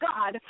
God